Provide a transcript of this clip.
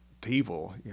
people